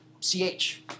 ch